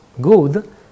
good